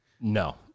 No